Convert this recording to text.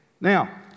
Now